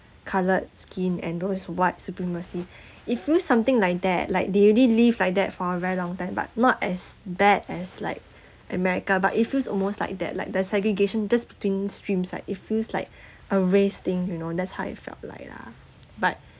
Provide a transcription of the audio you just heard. colored skin and those white supremacy it feels something like that like they already live like that for a very long time but not as bad as like america but it feels almost like that like the segregation just between streams like it feels like a race thing you know that's how it felt like lah but